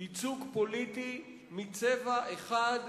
ייצוג פוליטי מצבע אחד,